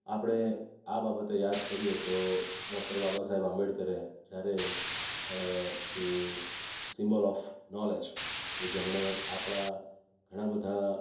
આપણે આ બાબતે યાદ કરીએ તો ડોક્ટર બાબા સાહેબ આંબેડકરે જ્યારે જે સિમ્બોલ ઓફ નૉલેજ કે જેમણે આપણા ઘણા બધા